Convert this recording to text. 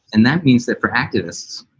and that means that for activists,